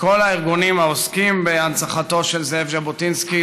וכל הארגונים העוסקים בהנצחתו של זאב ז'בוטינסקי.